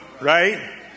right